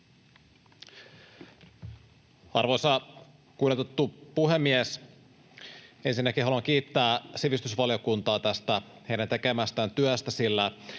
Arvoisa kunnioitettu puhemies! Ensinnäkin haluan kiittää sivistysvaliokuntaa tästä heidän tekemästään työstä,